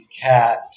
cat